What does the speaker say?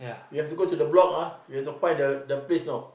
you have to go to the block ah you have to find the the place know